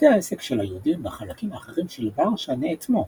בתי העסק של היהודים בחלקים האחרים של וורשה נאטמו,